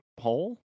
hole